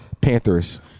Panthers